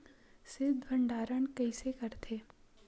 शीत भंडारण कइसे करथे?